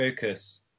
focus